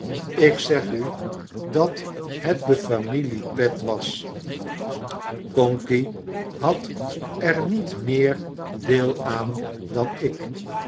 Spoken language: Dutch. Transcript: ik zeg u dat het de familie pet was conkey had er niet meer deel aan dan ik